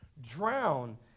drown